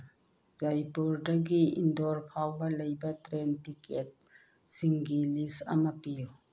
ꯖꯩꯄꯨꯔꯗꯒꯤ ꯏꯟꯗꯣꯔ ꯐꯥꯎꯕ ꯂꯩꯕ ꯇ꯭ꯔꯦꯟ ꯇꯤꯀꯦꯠꯁꯤꯡꯒꯤ ꯂꯤꯁ ꯑꯃ ꯄꯤꯌꯨ